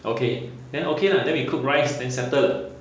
okay then okay lah then we cook rice then settle